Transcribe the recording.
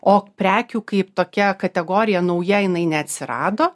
o prekių kaip tokia kategorija nauja jinai neatsirado